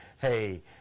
hey